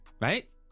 right